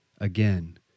Again